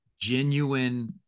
genuine